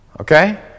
Okay